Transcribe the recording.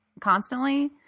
constantly